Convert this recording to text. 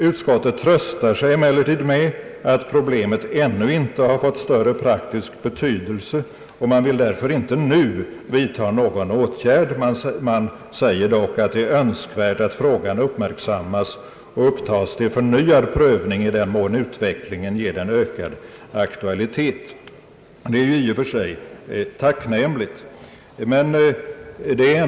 — Utskottet tröstar sig emellertid med att problemet ännu inte har fått större praktisk betydelse, och man vill därför inte nu vidta någon åtgärd. Man säger dock att det är »önskvärt att frågan uppmärksammas och upptas till förnyad prövning i den mån utvecklingen ger den ökad akiualitet». Det är i och för sig tacknämligt.